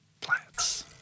Plants